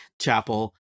chapel